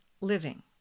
living